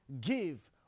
give